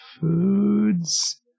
foods